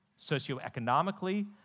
socioeconomically